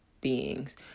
beings